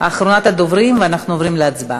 אחרונת הדוברים, ואנחנו עוברים להצבעה.